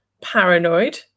Paranoid